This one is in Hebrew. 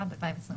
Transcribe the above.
התשפ"ב-2022